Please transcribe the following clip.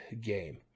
game